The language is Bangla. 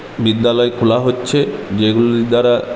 বিদ্যালয় খোলা হচ্ছে যেগুলির দ্বারা